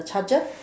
charger